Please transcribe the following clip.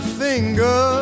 finger